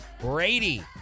Brady